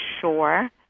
sure